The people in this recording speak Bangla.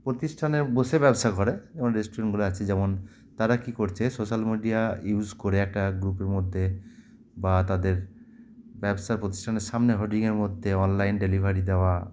প্রতিষ্ঠানে বসে ব্যবসা করে যেমন রেস্টুরেন্টগুলো আছে যেমন তারা কী করছে সোশ্যাল মিডিয়া ইউজ করে একটা গ্রুপের মধ্যে বা তাদের ব্যবসা প্রতিষ্ঠানের সামনে হোর্ডিংয়ের মধ্যে অনলাইন ডেলিভারি দেওয়া